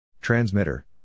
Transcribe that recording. Transmitter